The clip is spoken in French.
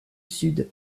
sud